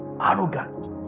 arrogant